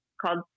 called